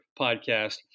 podcast